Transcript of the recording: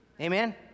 Amen